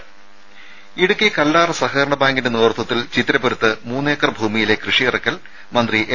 രുര ഇടുക്കി കല്ലാർ സഹകരണ ബാങ്കിന്റെ നേതൃത്വത്തിൽ ചിത്തിരപുരത്ത് മൂന്നേക്കർ ഭൂമിയിലെ കൃഷിയിറക്കൽ മന്ത്രി എം